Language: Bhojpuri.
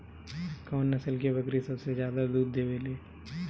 कौन नस्ल की बकरी सबसे ज्यादा दूध देवेले?